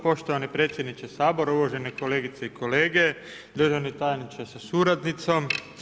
Poštovani predsjedniče Sabora, uvažene kolegice i kolege, državni tajniče sa suradnicom.